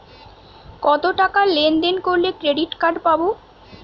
কতটাকা লেনদেন করলে ক্রেডিট কার্ড পাব?